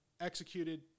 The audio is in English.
executed